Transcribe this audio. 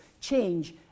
change